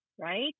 right